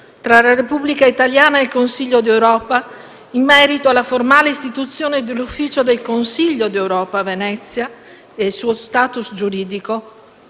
tra la Repubblica italiana e il Consiglio d'Europa in merito alla formale istituzione di un Ufficio del Consiglio d'Europa a Venezia e al suo *status* giuridico,